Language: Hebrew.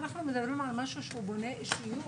אנחנו מדברים על משהו שהוא בונה אישיות.